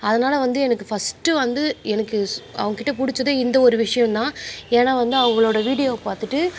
அதனால் வந்து எனக்கு ஃபஸ்ட்டு வந்து எனக்கு அவங்கக் கிட்டே பிடிச்சதே இந்த ஒரு விஷயந்தான் ஏன்னால் வந்து அவங்களோட வீடியோவை பார்த்துட்டு